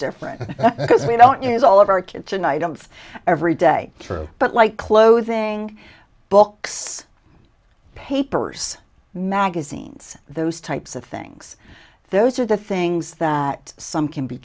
different because we don't use all of our kitchen items every day but like clothing books papers magazines those types of things those are the things that some can be